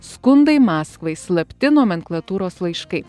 skundai maskvai slapti nomenklatūros laiškai